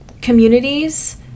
communities